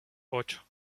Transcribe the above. ocho